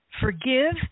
forgive